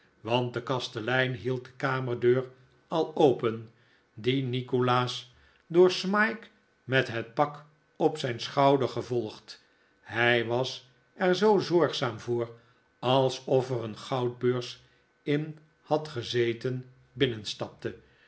want de kastelein hield de kamerdeur al open die nikolaas door smike met het pak op zijn schouder gevolgd hij was er zoo zorgzaam voor alsof er een goudbeurs in had gezeten binnenstapte